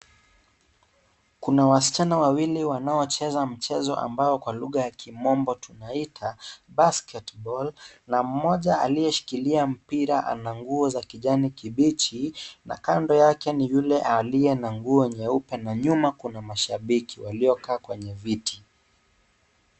Kuna waschana wawili wanaoncheza mpira kwa lugha ya kimombo tunaita basket ball na mmoja aliyeshikilia mpira ana nguo za kijani kibichi na kando yake ni yule aliye na nguo nyeupe na nyuma kuna mashabiki waliokaa kwenye viti.